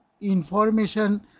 information